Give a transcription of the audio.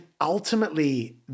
ultimately